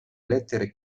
lettere